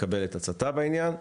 לקבל את עצתה בעניין.